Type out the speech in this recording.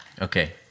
Okay